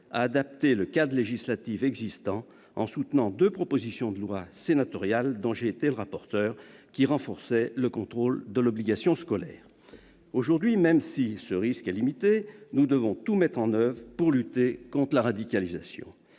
à adapter le cadre législatif existant en soutenant deux propositions de loi sénatoriales, dont j'ai été le rapporteur, qui renforçaient le contrôle de l'obligation scolaire. Aujourd'hui, même si ce risque est limité, nous devons tout mettre en oeuvre pour lutter contre la radicalisation.